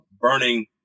burning